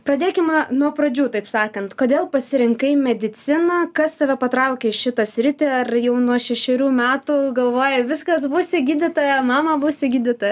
pradėkime nuo pradžių taip sakant kodėl pasirinkai mediciną kas tave patraukė į šitą sritį ar jau nuo šešerių metų galvojai viskas būsiu gydytoja mama būsiu gydytoja